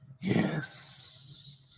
Yes